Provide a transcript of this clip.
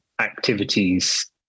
activities